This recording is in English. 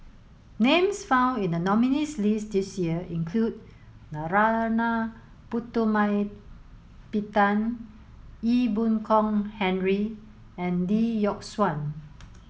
names found in the nominees' list this year include Narana Putumaippittan Ee Boon Kong Henry and Lee Yock Suan